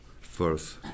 first